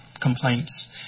complaints